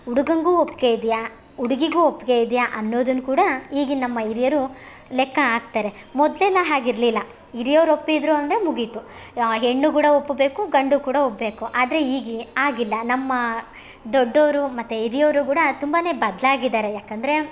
ಹುಡುಗಂಗು ಒಪ್ಪೆಗೆ ಇದೆಯಾ ಹುಡ್ಗಿಗು ಒಪ್ಪಿಗೆ ಇದೆಯಾ ಅನ್ನೋದನ್ನು ಕೂಡ ಈಗಿನ ನಮ್ಮ ಹಿರಿಯರೂ ಲೆಕ್ಕ ಹಾಕ್ತರೆ ಮೊದಲೆಲ್ಲ ಹಾಗೆ ಇರಲಿಲ್ಲ ಹಿರಿಯೋವ್ರ್ ಒಪ್ಪಿದರು ಅಂದರೆ ಮುಗಿತು ಆ ಹೆಣ್ಣು ಕೂಡ ಒಪ್ಪಬೇಕು ಗಂಡು ಕೂಡ ಒಪ್ಪಬೇಕು ಆದರೆ ಈಗ ಹಾಗಿಲ್ಲ ನಮ್ಮ ದೊಡ್ಡವರು ಮತ್ತೆ ಹಿರಿಯವ್ರು ಕೂಡಾ ತುಂಬ ಬದ್ಲು ಆಗಿದ್ದಾರೆ ಯಾಕೆಂದ್ರೆ